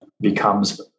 becomes